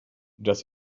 dass